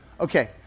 Okay